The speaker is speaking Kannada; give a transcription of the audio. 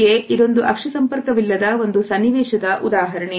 ಹೀಗೆ ಇದೊಂದು ಅಕ್ಷಿ ಸಂಪರ್ಕವಿಲ್ಲದ ಒಂದು ಸನ್ನಿವೇಶದ ಉದಾಹರಣೆ